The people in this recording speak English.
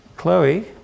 Chloe